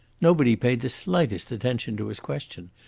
nobody paid the slightest attention to his question,